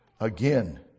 again